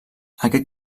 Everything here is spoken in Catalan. aquest